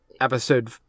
episode